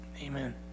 amen